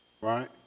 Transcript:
right